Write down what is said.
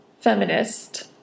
feminist